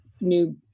new